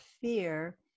fear